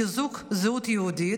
חיזוק זהות יהודית.